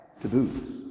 taboos